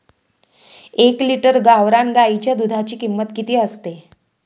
एक लिटर गावरान गाईच्या दुधाची किंमत किती असते?